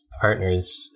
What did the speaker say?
partners